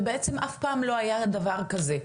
ובעצם אף פעם לא היה דבר כזה?